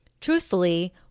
truthfully